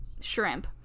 Shrimp